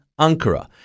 Ankara